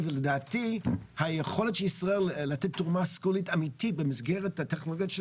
ולדעתי היכולת של ישראל היא לתת תרומה אמיתית במסגרת הטכנולוגיות,